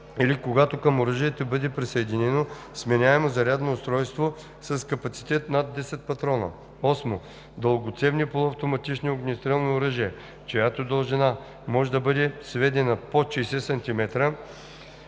или когато към оръжието бъде присъединено сменяемо зарядно устройство с капацитет над 10 патрона; 8. дългоцевни полуавтоматични огнестрелни оръжия, чиято дължина може да бъде сведена под 60 см